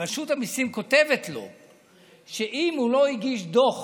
רשות המיסים כותבת לו שאם הוא לא הגיש דוח